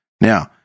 Now